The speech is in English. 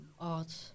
art